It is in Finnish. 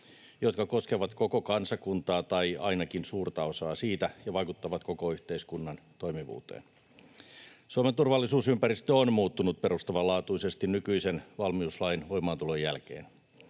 jotka koskevat koko kansakuntaa tai ainakin suurta osaa siitä ja vaikuttavat koko yhteiskunnan toimivuuteen. Suomen turvallisuusympäristö on muuttunut perustavanlaatuisesti nykyisen valmiuslain voimaantulon jälkeen.